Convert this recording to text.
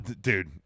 Dude